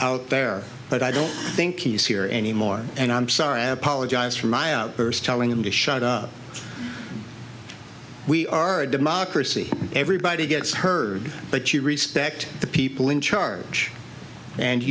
there but i don't think he's here anymore and i'm sorry i apologize for my outburst telling him to shut up we are a democracy everybody gets heard but you respect the people in charge and